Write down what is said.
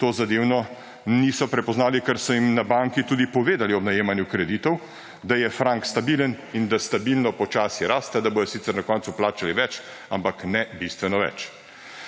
tozadevno niso prepoznali, ker so jim na banki tudi povedali ob najemanju kreditov, da je frank stabilen in da stabilno počasi raste, da bodo sicer na koncu plačali več, ampak ne bistveno več.